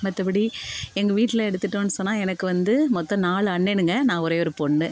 மற்றபடி எங்கள் வீட்டில் எடுத்துட்டோம்னு சொன்னால் எனக்கு வந்து மொத்தம் நாலு அண்ணனுங்க நான் ஒரே ஒரு பொண்ணு